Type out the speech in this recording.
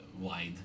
wide